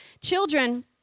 Children